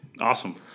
Awesome